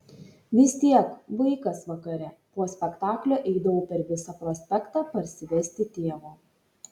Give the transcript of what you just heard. vis tiek vaikas vakare po spektaklio eidavau per visą prospektą parsivesti tėvo